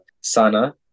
Sana